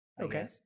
Okay